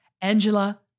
Angela